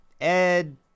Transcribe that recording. Ed